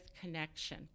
connection